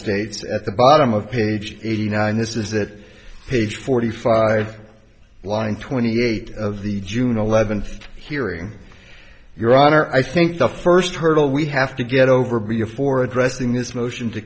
states at the bottom of page eighty nine this is that page forty five line twenty eight of the june eleventh hearing your honor i think the first hurdle we have to get over be a for addressing this motion to